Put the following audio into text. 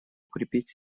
укрепить